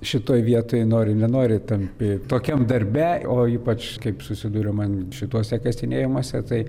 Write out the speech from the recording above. šitoj vietoj nori nenori tampi tokiam darbe o ypač kaip susiduriu man šituose kasinėjimuose tai